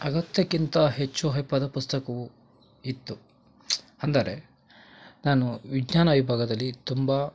ಅಗತ್ಯಕ್ಕಿಂತ ಹೆಚ್ಚು ಹೈಪಾದ ಪುಸ್ತಕವು ಇತ್ತು ಅಂದರೆ ನಾನು ವಿಜ್ಞಾನ ವಿಭಾಗದಲ್ಲಿ ತುಂಬ